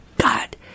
God